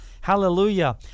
Hallelujah